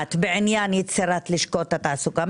מזעזעת בעניין יצירת לשכות התעסוקה.